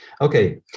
Okay